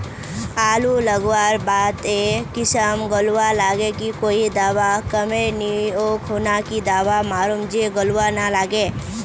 आलू लगवार बात ए किसम गलवा लागे की कोई दावा कमेर नि ओ खुना की दावा मारूम जे गलवा ना लागे?